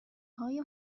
های